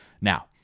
now